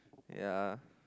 ya